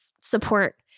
support